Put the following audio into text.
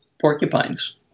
porcupines